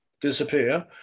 disappear